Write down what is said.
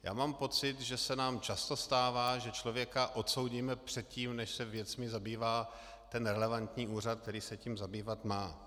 Já mám pocit, že se nám často stává, že člověka odsoudíme předtím, než se věcmi zabývá ten relevantní úřad, který se tím zabývat má.